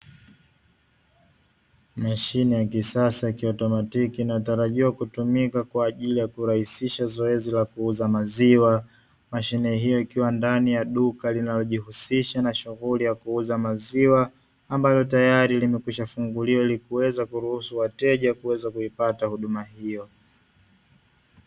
Mashine ya kisasa ya kiautomatiki inayotarajiwa kutumika kwa ajili ya kurahisisha zoezi la kuuza maziwa, mashine hiyo ikiwa ndani ya duka linalo jihusisha na shughuli ya kuuza maziwa ambalo tayari limekwisha funguliwa ili kuweza kuruhusu wateja kuweza kuipata huduma hiyo.